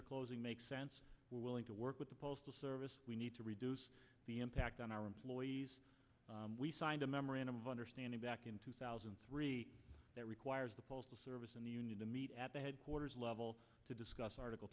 or closing makes sense willing to work with the postal service we need to reduce the impact on our employees we signed a memorandum of understanding back in two thousand and three that requires the postal service and the union to meet at the headquarters level to discuss article